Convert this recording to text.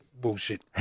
Bullshit